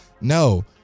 No